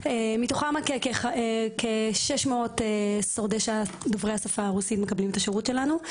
מתוכם כ-600 שורדי שואה דוברי השפה הרוסית מקבלים את השירות שלנו.